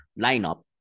lineup